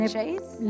Chase